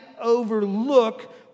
overlook